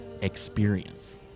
experience